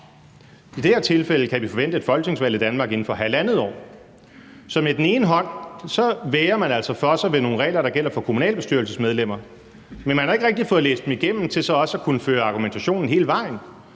I det her tilfælde kan vi forvente et folketingsvalg i Danmark inden for halvandet år. Så man værger altså for sig med nogle regler, der gælder for kommunalbestyrelsesmedlemmer, men man har ikke rigtig fået læst dem igennem til så også at kunne føre argumentationen hele vejen.